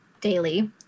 daily